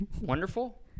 wonderful